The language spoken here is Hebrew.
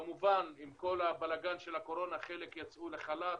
כמובן עם כל הבלגן של הקורונה חלק יצאו לחל"ת,